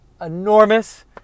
enormous